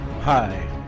Hi